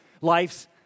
life's